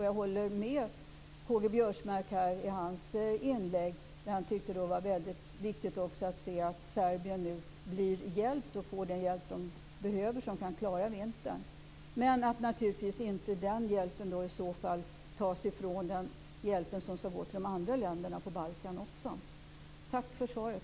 Jag håller med K-G Biörsmark om det han sade i sitt inlägg. Han tyckte att det var väldigt viktigt att Serbien nu blir hjälpt och att de där får den hjälp de behöver, så att de kan klara vintern. Den hjälpen ska naturligtvis inte minska den hjälp som går till de andra länderna på Balkan. Tack för svaret!